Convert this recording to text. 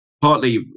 partly